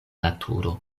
naturo